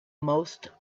most